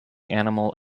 animal